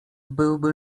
byłby